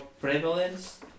prevalence